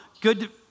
good